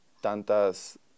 tantas